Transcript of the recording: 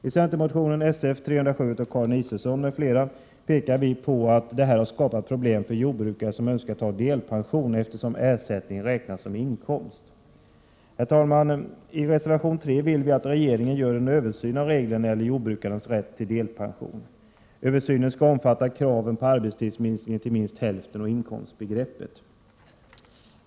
I centermotion Sf307 av Karin Israelsson m.fl. pekar vi på att detta har skapat problem för jordbrukare som önskar ta delpension, eftersom ersättningen räknas som inkomst. Herr talman! I reservation 3 vill vi att regeringen gör en översyn av reglerna när det gäller jordbrukarnas rätt till delpension. Översynen skall omfatta inkomstbegreppet och kraven på en minskning av arbetstiden till minst hälften.